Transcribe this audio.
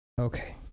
Okay